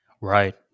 Right